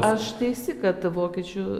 aš teisi kad vokiečių